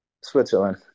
switzerland